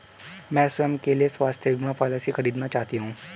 मैं स्वयं के लिए स्वास्थ्य बीमा पॉलिसी खरीदना चाहती हूं